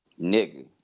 Nigga